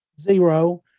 Zero